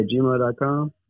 gmail.com